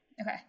okay